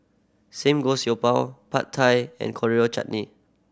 Samgeyopsal Pad Thai and Coriander Chutney